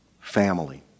family